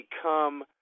become